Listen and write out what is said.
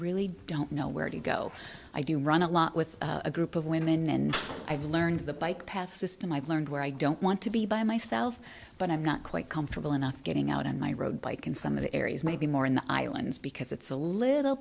really don't know where to go i do run a lot with a group of women and i've learned the bike path system i've learned where i don't want to be by myself but i'm not quite comfortable enough getting out on my road bike in some of the areas maybe more in the islands because it's a little